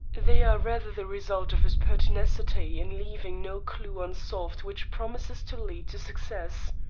they are rather the result of his pertinacity in leaving no clue unsolved which promises to lead to success.